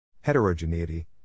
Heterogeneity